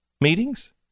meetings